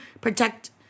protect